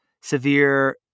severe